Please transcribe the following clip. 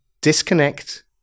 disconnect